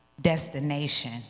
destination